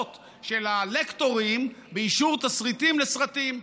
של הלקטורים באישור תסריטים לסרטים.